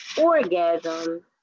orgasm